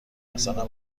مثلا